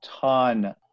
ton